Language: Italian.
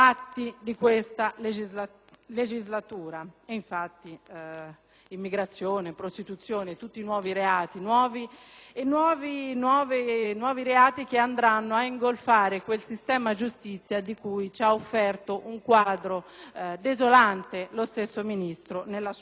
legislatura. L'immigrazione e la prostituzione, infatti, sono nuovi reati che andranno a ingolfare quel sistema giustizia di cui ci ha offerto un quadro desolante lo stesso Ministro nella sua relazione.